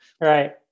right